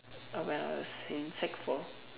uh when I was in sec four